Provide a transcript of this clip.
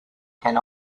can